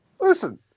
Listen